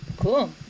Cool